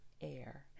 Air